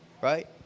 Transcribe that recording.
right